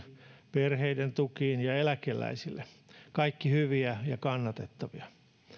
perheiden tukiin ja eläkeläisille kaikki hyviä ja kannatettavia